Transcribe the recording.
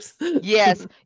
Yes